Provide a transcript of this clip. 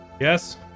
Yes